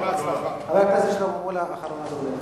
חבר הכנסת שלמה מולה, אחרון הדוברים.